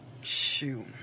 shoot